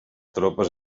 tropes